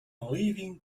leaving